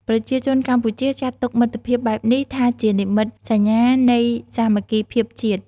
ប្រជាជនកម្ពុជាចាត់ទុកមិត្តភាពបែបនេះថាជានិមិត្តសញ្ញានៃសាមគ្គីភាពជាតិ។